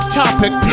topic